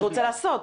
רוצה לעשות.